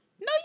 No